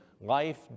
life